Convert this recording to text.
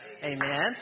Amen